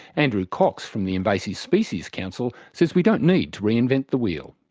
andrew cox from the invasive species council says we don't need to re-invent the wheel.